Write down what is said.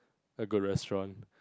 a good restaurant